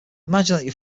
imagine